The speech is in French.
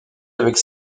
avec